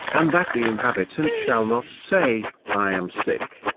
and that the inhabitant shall not say, i am sick.